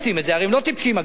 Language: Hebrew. הרי הם לא טיפשים, אגף התקציבים.